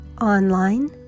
online